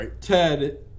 TED